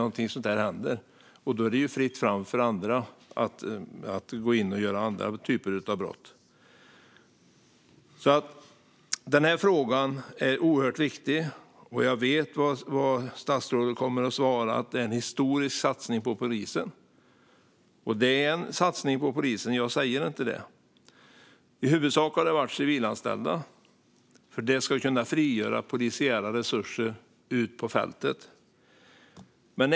Då är det fritt fram för andra att begå andra typer av brott. Den här frågan är viktig. Jag vet att statsrådet kommer att svara att man gör en historisk satsning på polisen. Och visst är det så, jag påstår inget annat, men det har i huvudsak handlat om civilanställda för att frigöra polisiära resurser ute på fältet.